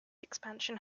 expansion